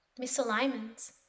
misalignments